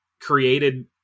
created